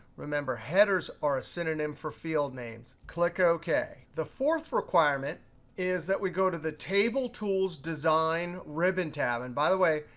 remember, headers are a synonym for field names. click ok. the fourth requirement is that we go to the table tools design ribbon tab. and by the way,